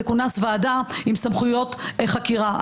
תכונס ועדה עם סמכויות חקירה.